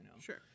Sure